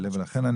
לכן,